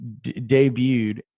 debuted